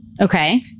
Okay